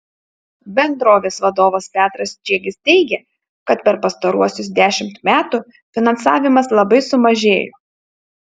bendrovės vadovas petras čiegis teigė kad per pastaruosius dešimt metų finansavimas labai sumažėjo